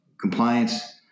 compliance